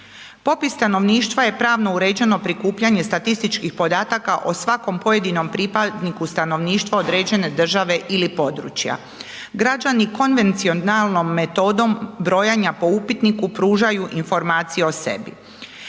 Popis stanovništva je pravno uređeno prikupljanje statističkih podataka o svakom pojedinom pripadniku stanovništva određen države ili područja. Građani konvencionalnom metodom brojanja po upitniku pružaju informacije o sebi.